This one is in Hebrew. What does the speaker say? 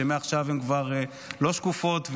ומעכשיו הן כבר לא שקופות,